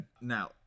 Now